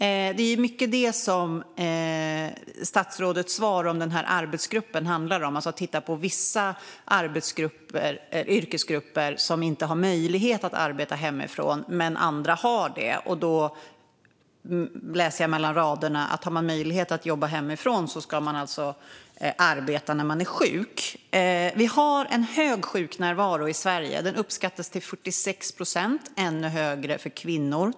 I mycket är det detta som statsrådets svar om arbetsgruppen handlar om, alltså att titta på vissa yrkesgrupper som inte har möjlighet att arbeta hemifrån, vilket andra har. Då läser jag mellan raderna att om man har möjlighet att jobba hemifrån ska man alltså arbeta när man är sjuk. Vi har en hög sjuknärvaro i Sverige. Den uppskattas till 46 procent; ännu högre för kvinnor.